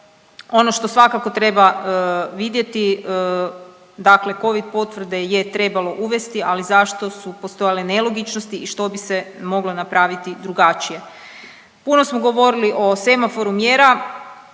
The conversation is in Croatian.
ono što svakako treba vidjeti, dakle covid potvrde je trebalo uvesti, ali zašto su postojale nelogičnosti i što bi se moglo napraviti drugačije. Puno smo govorili o semaforu mjera,